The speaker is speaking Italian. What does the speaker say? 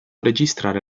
registrare